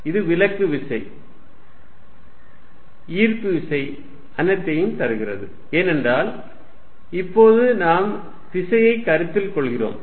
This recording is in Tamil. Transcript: இது விலக்கு விசை ஈர்ப்பு விசை அனைத்தையும் தருகிறது ஏனென்றால் இப்போது நாம் திசையை கருத்தில் கொள்கிறோம்